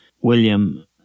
William